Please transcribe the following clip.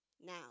Now